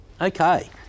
Okay